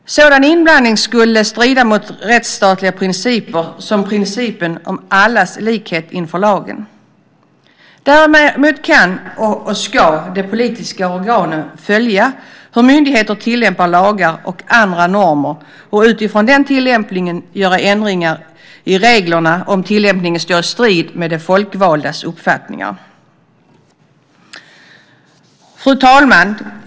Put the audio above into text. Sådan inblandning skulle strida mot rättsstatliga principer som principen om allas likhet inför lagen. Däremot kan och ska de politiska organen följa hur myndigheter tillämpar lagar och andra normer och utifrån den tillämpningen göra ändringar i reglerna om tillämpningen står i strid med de folkvaldas uppfattningar. Fru talman!